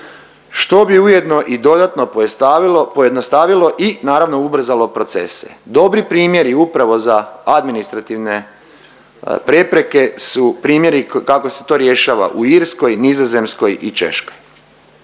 što bi ujedno i dodano pojednostavilo i naravno ubrzalo procese. Dobri primjeri upravo za administrativne prepreke su primjeri kako se to rješava u Irskoj, Nizozemskoj i Češkoj.